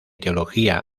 teología